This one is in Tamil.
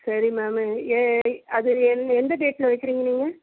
சரி மேம் ஏ அது எந்த டேட்டில் வைக்கிரிங்க நீங்கள்